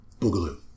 boogaloo